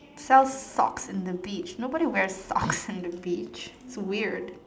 sells socks in the beach nobody wears socks in the beach it's weird